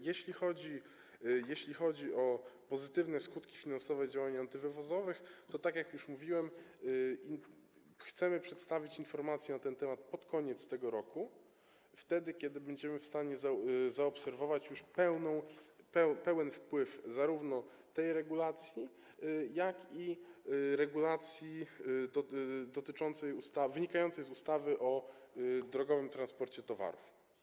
Jeśli chodzi o pozytywne skutki finansowe działań antywywozowych, to tak jak już mówiłem, chcemy przedstawić informacje na ten temat pod koniec tego roku, wtedy kiedy będziemy w stanie zaobserwować już pełen wpływ zarówno tej regulacji, jak i regulacji wynikającej z ustawy o drogowym transporcie towarów.